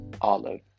Olive